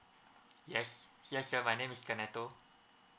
yes yes sir my name is kenato